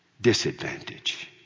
disadvantage